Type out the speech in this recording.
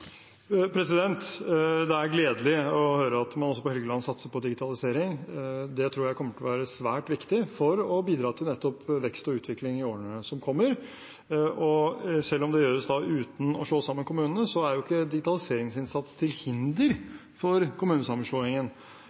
Det er gledelig å høre at man også på Helgeland satser på digitalisering. Det tror jeg kommer til å være svært viktig for å bidra til nettopp vekst og utvikling i årene som kommer. Selv om det gjøres uten å slå sammen kommunene, er ikke digitaliseringsinnsats til hinder for kommunesammenslåingen.